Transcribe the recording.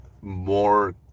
more